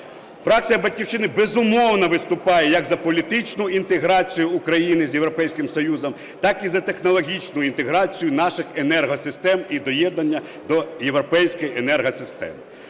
Фракція "Батьківщини", безумовно, виступає як за політичну інтеграцію України з Європейським Союзом, так і за технологічну інтеграцію наших енергосистем і доєднання до європейської енергосистеми.